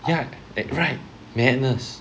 ya right madness